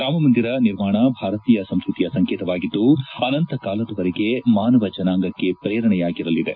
ರಾಮಮಂದಿರ ನಿರ್ಮಾಣ ಭಾರತೀಯ ಸಂಸ್ಟತಿಯ ಸಂಕೇತವಾಗಿದ್ದು ಅನಂತ ಕಾಲದವರೆಗೆ ಮಾನವ ಜನಾಂಗಕ್ಕೆ ಪ್ರೇರಣೆಯಾಗಿರಲಿದೆ